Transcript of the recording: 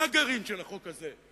מה הגרעין של החוק הזה?